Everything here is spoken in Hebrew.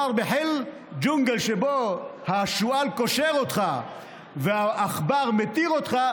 ומתרגם:) ג'ונגל שבו השועל קושר אותך והעכבר מתיר אותך,